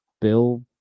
Bill